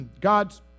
God's